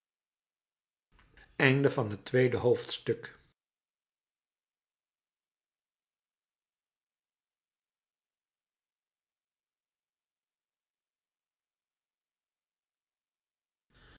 einde van den tiran